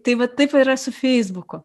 tai vat taip yra su feisbuku